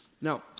Now